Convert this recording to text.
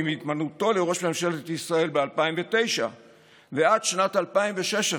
עם התמנותו לראש ממשלת ישראל ב-2009 ועד שנת 2016,